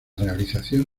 realización